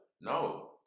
No